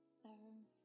serve